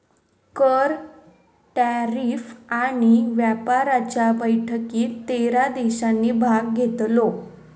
कर, टॅरीफ आणि व्यापाराच्या बैठकीत तेरा देशांनी भाग घेतलो